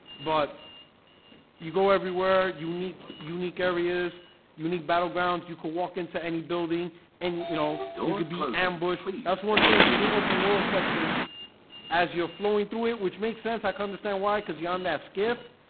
but you go everywhere unique unique areas unique battlegrounds you could walk into any building and you know, you could be ambushed. that's one thing the two open-world sections as you're flowing through it, which makes sense i can understand why cuz you're on that skiff.